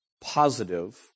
positive